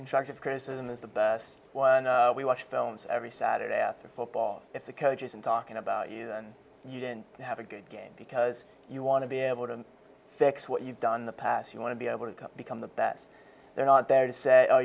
constructive criticism is that we watch films every saturday after football if the coach isn't talking about you then you didn't have a good game because you want to be able to fix what you've done in the past you want to be able to become the best they're not there to say